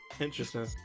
interesting